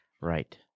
Right